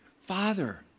Father